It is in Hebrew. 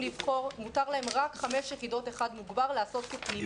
מותר להם להיבחן רק בחמש יחידות אחד מוגבר כפנימי,